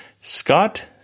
Scott